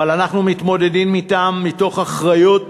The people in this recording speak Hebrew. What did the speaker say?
אבל אנחנו מתמודדים אתן מתוך אחריות,